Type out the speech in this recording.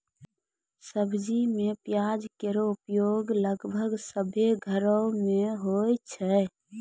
सब्जी में प्याज केरो प्रयोग लगभग सभ्भे घरो म होय छै